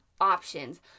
options